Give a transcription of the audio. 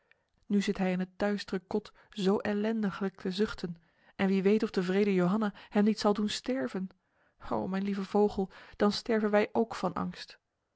nu zit hij in het duistere kot zo ellendiglijk te zuchten en wie weet of de wrede johanna hem niet zal doen sterven o mijn lieve vogel dan sterven wij ook van angst